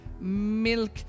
Milk